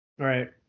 Right